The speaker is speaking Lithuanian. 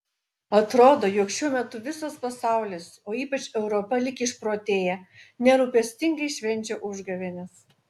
atrodo jog šiuo metu visas pasaulis o ypač europa lyg išprotėję nerūpestingai švenčia užgavėnes